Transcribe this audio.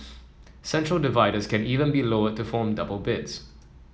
central dividers can even be lowered to form double beds